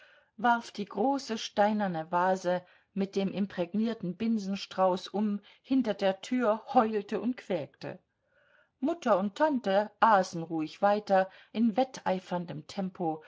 warf die große steinerne vase mit dem imprägnierten binsenstrauß um hinter der tür heulte und quäkte mutter und tante aßen ruhig weiter in wetteiferndem tempo